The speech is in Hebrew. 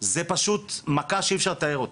זה פשוט מכה שאי אפשר לתאר אותה.